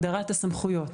הגדרת הסמכויות.